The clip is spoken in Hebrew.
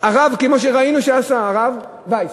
כמו שראינו שהרב עשה, הרב וייס.